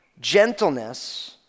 gentleness